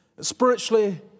spiritually